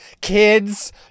Kids